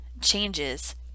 changes